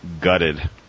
gutted